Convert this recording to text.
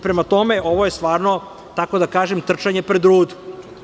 Prema tome, ovo je stvarno, tako da kažem trčanje pred rudu.